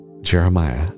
Jeremiah